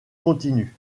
continue